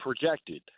projected